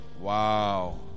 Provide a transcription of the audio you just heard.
wow